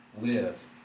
live